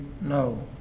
no